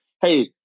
Hey